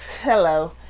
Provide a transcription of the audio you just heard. Hello